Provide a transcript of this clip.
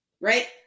Right